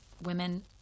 women